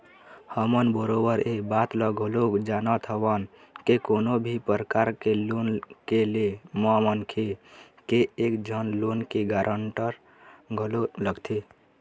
हमन बरोबर ऐ बात ल घलोक जानत हवन के कोनो भी परकार के लोन के ले म मनखे के एक झन लोन के गारंटर घलोक लगथे